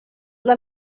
إلى